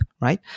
right